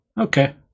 okay